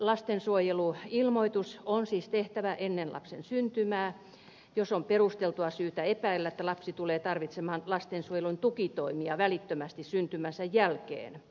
ennakollinen lastensuojeluilmoitus on siis tehtävä ennen lapsen syntymää jos on perusteltua syytä epäillä että lapsi tulee tarvitsemaan lastensuojelun tukitoimia välittömästi syntymänsä jälkeen